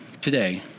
today